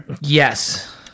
Yes